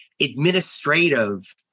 administrative